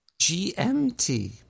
GMT